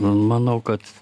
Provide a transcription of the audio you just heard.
manau kad